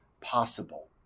possible